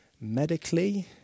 medically